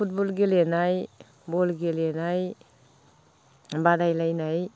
football गेलेनाय ball गेलेनाय बादायलायनाय